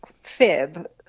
fib